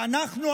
ואנחנו,